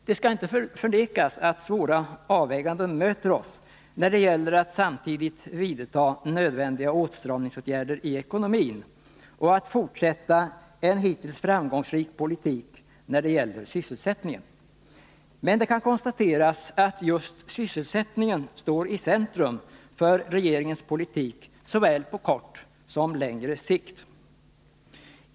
Det skall inte förnekas att svåra avväganden möter oss när det gäller att samtidigt vidta nödvändiga åtstramningsåtgärder i ekonomin och att fortsätta en hittills framgångsrik politik när det gäller sysselsättningen. Men det kan konstateras att just sysselsättningen står i centrum för regeringens politik på såväl kort som längre sikt.